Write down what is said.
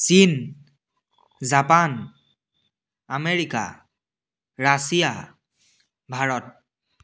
চীন Japan America Russia Bharat